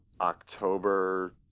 October